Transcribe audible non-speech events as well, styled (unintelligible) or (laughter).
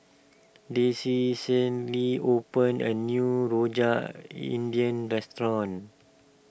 Desi (unintelligible) opened a new Rojak India restaurant